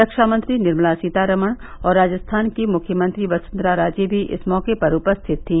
रक्षामंत्री निर्मला सीतारमण और राजस्थान की मुख्यमंत्री वसुंधरा राजे भी इस मौके पर उपस्थित थी